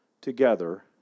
together